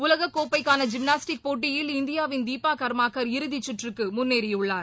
உலகக்கோப்பைக்கான gymnastic போட்டியில் இந்தியாவின் தீபாகர்மாகர் இறுதிச்சுற்றுக்குமுன்னேறியுள்ளார்